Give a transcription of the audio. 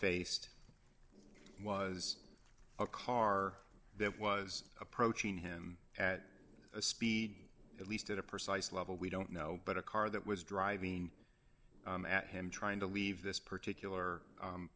faced was a car that was approaching him at a speed at least at a precise level we don't know but a car that was driving at him trying to leave this particular